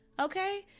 Okay